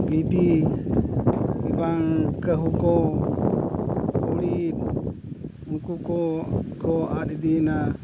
ᱜᱤᱫᱤ ᱵᱟᱝ ᱠᱟᱹᱦᱩ ᱠᱚ ᱠᱩᱬᱤᱫ ᱱᱩᱠᱩ ᱠᱚᱠᱚ ᱟᱫ ᱤᱫᱤᱭᱮᱱᱟ